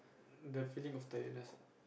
the feeling of tiredness ah